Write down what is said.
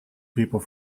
people